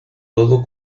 todo